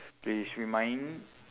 please remind